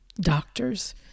Doctors